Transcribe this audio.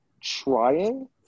trying